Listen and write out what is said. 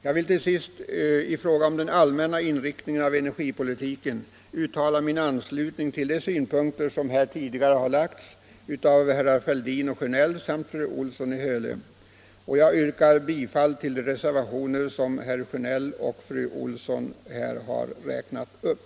Jag vill till sist i fråga om den allmänna inriktningen av energipolitiken uttala min anslutning till de synpunkter som här tidigare har framförts av herrar Fälldin och Sjönell samt fru Olsson i Hölö, och jag yrkar bifall till de reservationer som herr Sjönell och fru Olsson här har räknat upp.